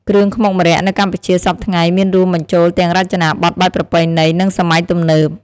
គ្រឿងខ្មុកម្រ័័ក្សណ៍នៅកម្ពុជាសព្វថ្ងៃមានរួមបញ្ចូលទាំងរចនាបទបែបប្រណៃណី និងសម័យទំនើប។